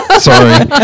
sorry